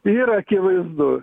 yr akivaizdu